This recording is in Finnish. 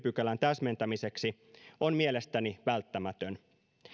pykälän täsmentämiseksi on mielestäni välttämätön